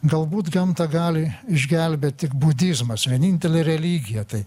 galbūt gamtą gali išgelbėt tik budizmas vienintelė religija tai